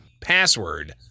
password